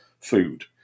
food